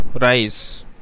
rice